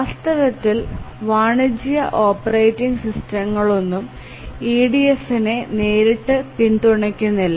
വാസ്തവത്തിൽ വാണിജ്യ ഓപ്പറേറ്റിംഗ് സിസ്റ്റങ്ങളൊന്നും EDFനേ നേരിട്ട് പിന്തുണയ്ക്കുന്നില്ല